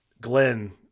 Glenn